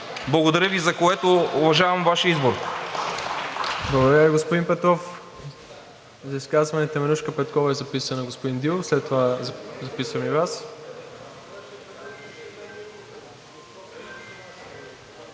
Благодаря Ви за което. Уважавам Вашия избор.